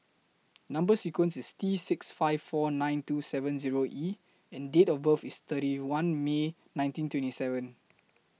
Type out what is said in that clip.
Number sequence IS T six five four nine two seven Zero E and Date of birth IS thirty one May nineteen twenty seven